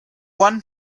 one